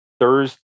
Thursday